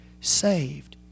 Saved